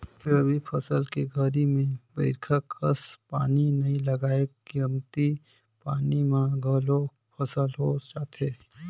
रबी फसल के घरी में बईरखा कस पानी नई लगय कमती पानी म घलोक फसल हो जाथे